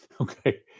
Okay